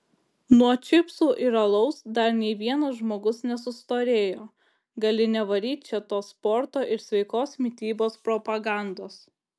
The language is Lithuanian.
nuo čipsų ir alaus dar nei vienas žmogus nesustorėjo gali nevaryt čia tos sporto ir sveikos mitybos propagandos